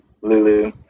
lulu